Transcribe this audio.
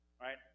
right